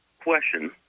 question